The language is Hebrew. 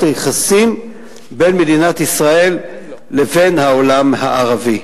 היחסים בין מדינת ישראל לבין העולם הערבי.